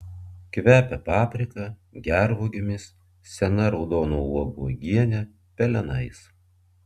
kvepia paprika gervuogėmis sena raudonų uogų uogiene pelenais